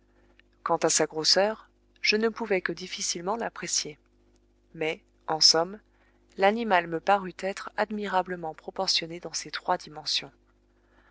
quant à sa grosseur je ne pouvais que difficilement l'apprécier mais en somme l'animal me parut être admirablement proportionné dans ses trois dimensions